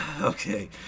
okay